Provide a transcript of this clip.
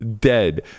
dead